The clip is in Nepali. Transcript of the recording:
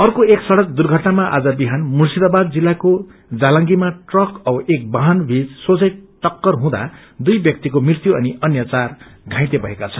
अर्को एम सड़क छूर्यटनामा आज विहान मुशिंदावाद जिल्लाको जालंगीमा ट्रक औ एक वाहन सोमै टक्ककर हुँदा दुई व्याक्तिको मृत्यु अनि अन्य चार घाइते भएका छन्